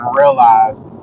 realized